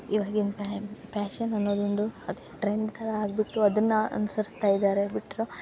ಇವಾಗ ಏನು ಪ್ಯಾಶನ್ ಅನ್ನೋದು ಒಂದು ಟ್ರೆಂಡ್ ಥರ ಆಗ್ಬಿಟ್ಟು ಅದನ್ನ ಅನ್ಸರ್ಸ್ತಾ ಇದ್ದಾರೆ ಬಿಟ್ಟರು